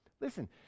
listen